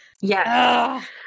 Yes